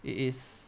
it is